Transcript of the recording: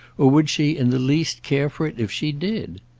or would she in the least care for it if she did?